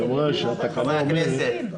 חברי הכנסת,